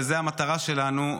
וזו המטרה שלנו,